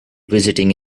visiting